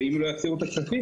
ואם לא יחזירו את הכספים,